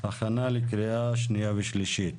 הכנה לקריאה שנייה ושלישית.